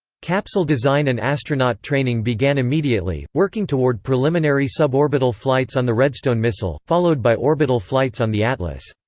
capsule design and astronaut training began immediately, working toward preliminary suborbital flights on the redstone missile, followed by orbital flights on the atlas.